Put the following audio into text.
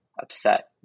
upset